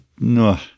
no